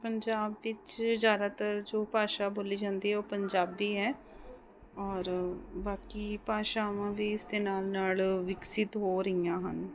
ਪੰਜਾਬ ਵਿੱਚ ਜ਼ਿਆਦਾਤਰ ਜੋ ਭਾਸ਼ਾ ਬੋਲੀ ਜਾਂਦੀ ਹੈ ਉਹ ਪੰਜਾਬੀ ਹੈ ਔਰ ਬਾਕੀ ਭਾਸ਼ਾਵਾਂ ਵੀ ਇਸਦੇ ਨਾਲ ਨਾਲ ਵਿਕਸਿਤ ਹੋ ਰਹੀਆਂ ਹਨ